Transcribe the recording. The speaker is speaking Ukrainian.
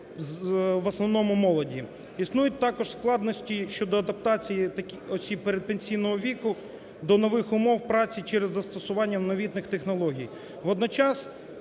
в основному молоді. Існують також складності щодо адаптації таких осіб передпенсійного віку до нових умов праці через застосування новітніх технологій.